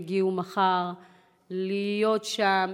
יגיעו מחר להיות שם,